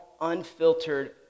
unfiltered